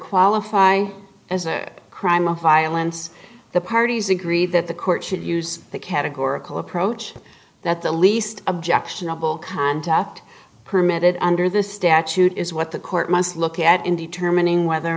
qualify as a crime of violence the parties agree that the court should use the categorical approach that the least objectionable contact permitted under the statute is what the court must look at in determining whether